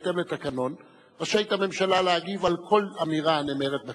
בהתאם לתקנון רשאית הממשלה להגיב על כל אמירה הנאמרת בכנסת,